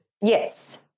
Yes